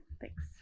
Thanks